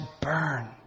burn